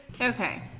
Okay